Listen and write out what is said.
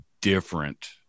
different